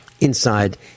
inside